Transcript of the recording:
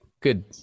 good